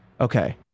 okay